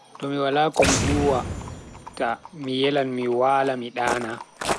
To mi wala komi huwata, mi yelan mi wala mi dana.